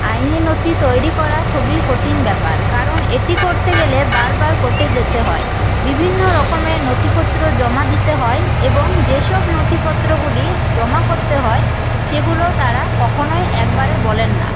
আইনি নথি তৈরি করা খুবই কঠিন ব্যাপার কারণ এটি করতে গেলে বারবার কোর্টে যেতে হয় বিভিন্ন রকমের নথিপত্র জমা দিতে হয় এবং যে সব নথিপত্রগুলি জমা করতে হয় সেগুলো তারা কখনোই একবারে বলেন না